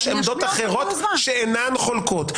יש עמדות שאינן חולקות.